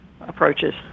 approaches